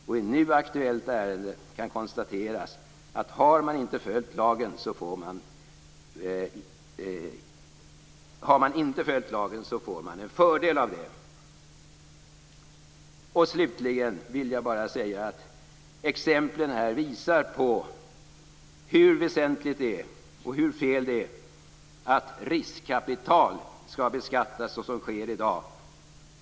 Och i nu aktuellt ärende kan konstateras att om man inte har följt lagen så får man en fördel därav. Slutligen vill jag bara säga att exemplen visar hur fel det är att riskkapital skall beskattas såsom sker i dag.